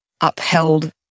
upheld